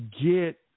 get